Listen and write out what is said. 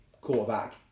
quarterback